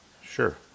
Sure